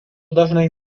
dažnai